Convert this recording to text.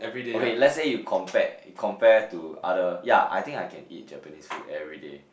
okay let's say you compare you compare to other ya I think I can eat Japanese food everyday